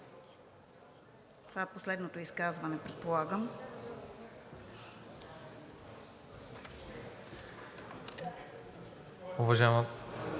Това е последното изказване, предполагам.